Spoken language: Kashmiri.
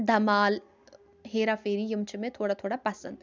دمال ہیرا فیری یِم چھِ مےٚ تھوڑا تھوڑا پَسنٛد